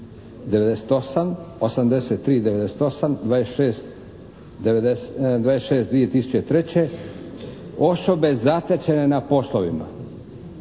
83/98, 26/2003, osobe zatečene na poslovima,